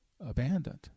abandoned